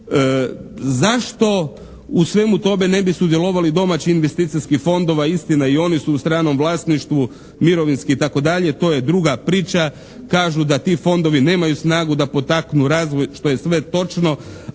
Zašto u svemu tome ne bi sudjelovali domaći investicijski fondovi a istina i oni su u stranom vlasništvu, imovinski i tako dalje? To je druga priča. Kažu da ti fondovi nemaju snagu da potaknu razvoj što je sve točno,